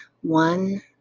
One